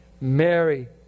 Mary